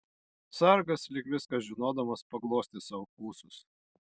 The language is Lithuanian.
sargas lyg viską žinodamas paglostė sau ūsus